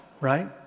right